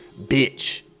bitch